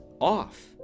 off